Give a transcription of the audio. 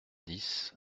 dix